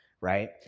right